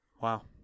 Wow